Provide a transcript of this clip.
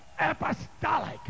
apostolic